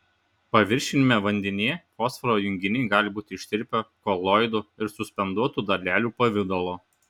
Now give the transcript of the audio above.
paviršiniame vandenyje fosforo junginiai gali būti ištirpę koloidų ir suspenduotų dalelių pavidalo